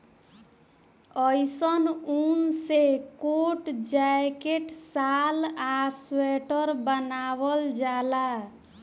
अइसन ऊन से कोट, जैकेट, शाल आ स्वेटर बनावल जाला